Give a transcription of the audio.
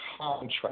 contract